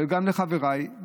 וגם לחבריי,